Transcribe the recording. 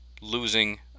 losing